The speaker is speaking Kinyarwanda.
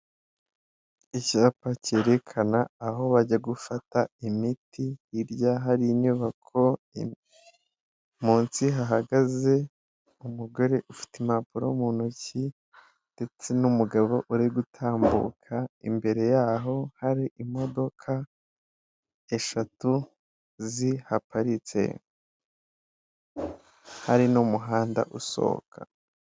Icyapa cyerekana aho bajya gufata imiti hirya hari inyubako munsi hahagaze umugore ufite impapuro mu ntoki ndetse n'umugabo uri gutambuka imbere yaho hari imodoka eshatu zihaparitse hari n'umuhanda usohoka.